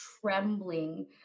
trembling